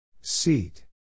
Seat